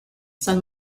sun